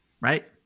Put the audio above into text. Right